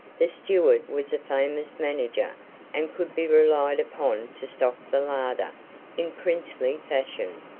the steward was a famous manager and could be relied upon to stock the larder in princely fashion.